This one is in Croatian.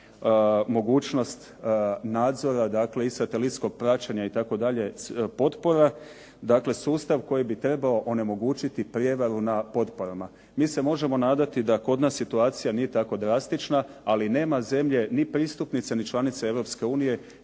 mogućnost nadzora i satelitskog praćenja itd., potpora, dakle sustav koji bi trebao onemogućiti prijevaru na potporama. Mi se možemo nadati da kod nas situacija nije tako drastična, ali nema zemlje ni pristupnice ni članice